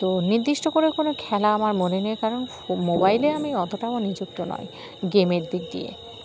তো নির্দিষ্ট করে কোনো খেলা আমার মনে নেই কারণ মোবাইলে আমি অতটাও নিযুক্ত নয় গেমের দিক দিয়ে